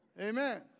Amen